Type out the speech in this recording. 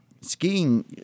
Skiing